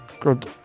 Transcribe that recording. good